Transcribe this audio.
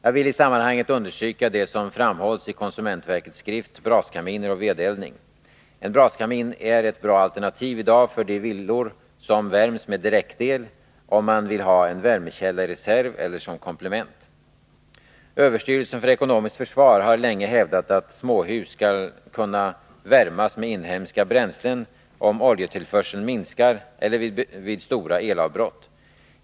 Jag vill i sammanhanget understryka det som framhålls i konsumentverkets skrift Braskaminer och vedeldning: En braskamin är ett bra alternativ i dag för de villor som värms med direktel om man vill ha en värmekälla i reserv eller som komplement. Överstyrelsen för ekonomiskt försvar har länge hävdat att småhus skall kunna värmas med inhemska bränslen om oljetillförseln minskar eller vid stora elavbrott.